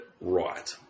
right